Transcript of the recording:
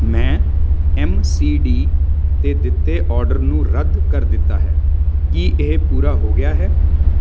ਮੈਂ M C D 'ਤੇ ਦਿੱਤੇ ਆਰਡਰ ਨੂੰ ਰੱਦ ਕਰ ਦਿੱਤਾ ਹੈ ਕੀ ਇਹ ਪੂਰਾ ਹੋ ਗਿਆ ਹੈ